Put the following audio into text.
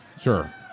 Sure